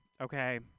Okay